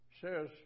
says